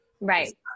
right